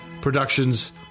Productions